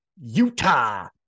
Utah